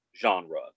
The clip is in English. genre